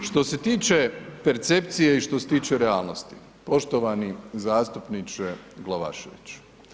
Što se tiče percepcije i što se tiče realnosti, Poštovani zastupniče Glavašević.